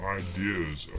ideas